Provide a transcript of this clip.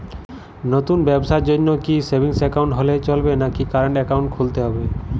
নতুন ব্যবসার জন্যে কি সেভিংস একাউন্ট হলে চলবে নাকি কারেন্ট একাউন্ট খুলতে হবে?